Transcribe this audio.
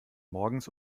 morgens